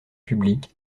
public